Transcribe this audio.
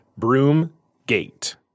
Broomgate